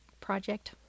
project